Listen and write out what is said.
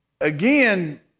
Again